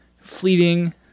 fleeting